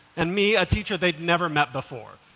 and me a teacher they've never met before,